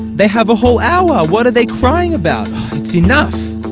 they have a whole hour, what are they crying about? it's enough.